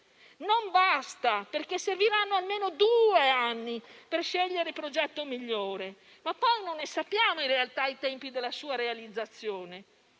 non basta, perché serviranno almeno due anni per scegliere il progetto migliore, ma poi, in realtà, non sappiamo in realtà i tempi della sua realizzazione.